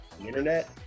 internet